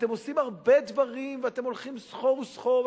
אתם עושים הרבה דברים ואתם הולכים סחור וסחור,